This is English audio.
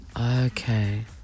Okay